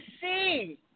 see